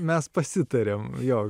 mes pasitariam jo